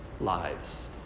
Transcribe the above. lives